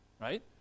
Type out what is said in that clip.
right